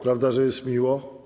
Prawda, że jest miło?